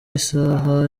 isaha